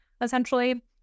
essentially